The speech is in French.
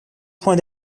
point